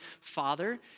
Father